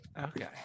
Okay